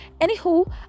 anywho